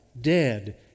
dead